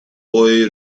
boy